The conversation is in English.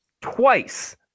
Twice